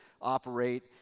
operate